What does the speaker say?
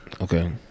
okay